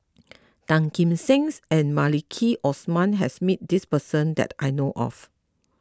Tan Kim Seng and Maliki Osman has met this person that I know of